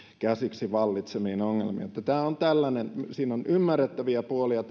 käsiksi vallitseviin ongelmiin että tämä on tällainen että tässä suostumuskysymyksessä on ymmärrettäviä puolia